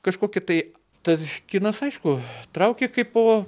kažkokį tai tas kinas aišku traukė kaipo